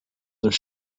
their